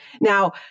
Now